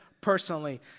personally